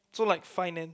so like finance